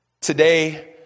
Today